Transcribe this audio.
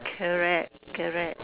correct correct